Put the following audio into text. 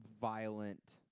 violent